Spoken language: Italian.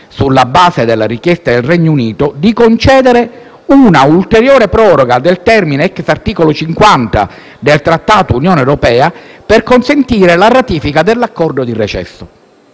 sulla base delle richieste del Regno Unito ha concordato di concedere un'ulteriore proroga del termine *ex* articolo 50 del Trattato dell'Unione europea per consentire la ratifica dell'accordo di recesso.